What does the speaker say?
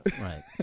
Right